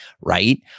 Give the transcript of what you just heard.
right